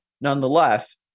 nonetheless